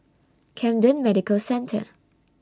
Camden Medical Centre